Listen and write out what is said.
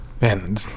Man